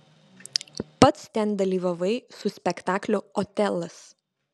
pats ten dalyvavai su spektakliu otelas